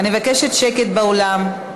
אני מבקשת שקט באולם.